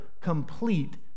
complete